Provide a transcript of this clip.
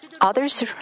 Others